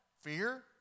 fear